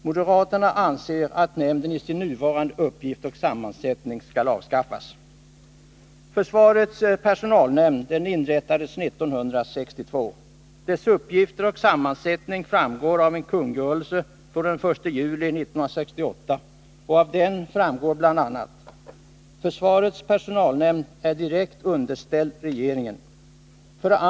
Moderaterna anser att nämnden i sin nuvarande uppgift och sammansättning skall avskaffas. 1. Försvarets personalnämnd är direkt underställd regeringen. 2.